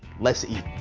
let's eat.